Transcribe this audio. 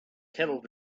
kettle